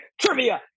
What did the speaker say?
trivia